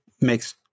makes